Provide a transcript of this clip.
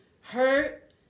hurt